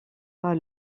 pas